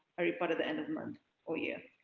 a report at the end of the month or year.